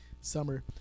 summer